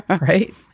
right